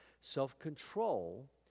self-control